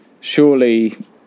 surely